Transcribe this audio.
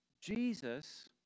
Jesus